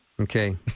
Okay